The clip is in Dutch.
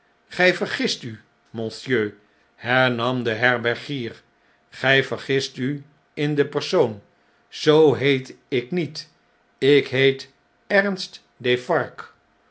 gij vergist u monsieur hernam de herbergier gij vergist u in den persoon zoo heet ik niet ik heet ernest defarge